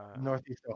northeast